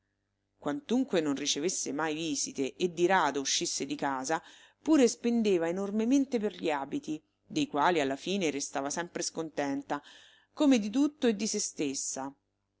quantunque non ricevesse mai visite e di rado uscisse di casa pure spendeva enormemente per gli abiti dei quali alla fine restava sempre scontenta come di tutto e di sé stessa